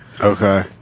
Okay